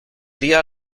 día